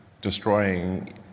destroying